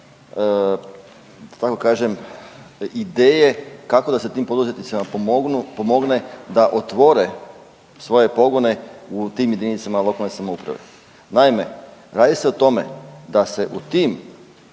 tako kažem ideje kako da se tim poduzetnicima pomogne da otvore svoje pogone u tim jedinicama lokalne samouprave. Naime, radi se o tome da se u tim